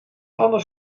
anders